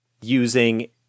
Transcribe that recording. using